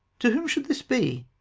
to whom should this be?